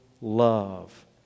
love